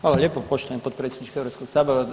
Hvala lijepo poštovani potpredsjedniče Hrvatskog sabora.